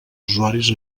usuaris